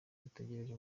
dutegereje